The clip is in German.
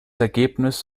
ergebnis